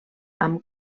amb